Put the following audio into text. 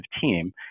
team